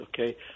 okay